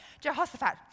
Jehoshaphat